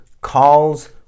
calls